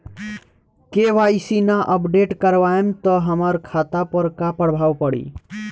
KYC ना update करवाएम त हमार खाता पर का प्रभाव पड़ी?